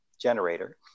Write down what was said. generator